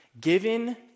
given